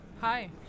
Hi